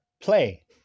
Play